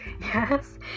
Yes